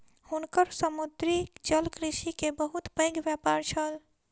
हुनकर समुद्री जलकृषि के बहुत पैघ व्यापार छल